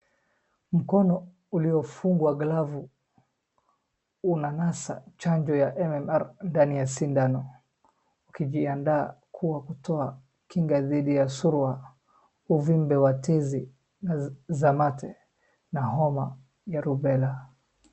Mkono uliofungwa glavu unanasa chanjo ya MMR ndani ya sindano ukijiandaa kuwa kutoa kinga dhidi ya surua, uvimbe wa tizi za mate na homa ya Rubela .